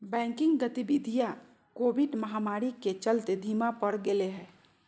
banking गतिवीधियां Covid महामारी के चलते धीमा पड़ गेले हें